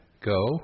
Go